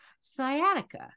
sciatica